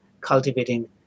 cultivating